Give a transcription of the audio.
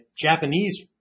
Japanese